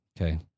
Okay